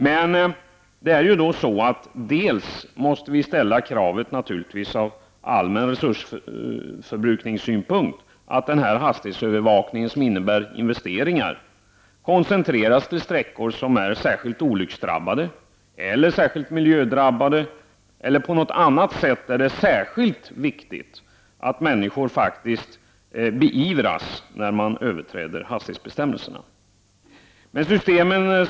Men vi måste naturligtvis ur allmän resursförbrukningssynpunkt ställa kravet att denna hastighetsövervakning, som innebär investeringar, koncentreras till sträckor som är särskilt olycksdrabbade, där miljön är särskild drabbad eller till sträckor där det är särskilt viktigt att överträdelser av hastighetsbestämmelserna faktiskt beivras.